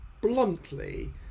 bluntly